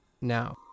now